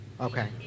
Okay